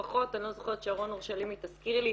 אני לא זוכרת, שרון אורשלימי תזכירי לי,